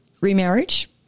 remarriage